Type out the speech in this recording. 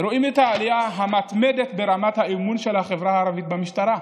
רואים את העלייה המתמדת ברמת האמון של החברה הערבית במשטרה,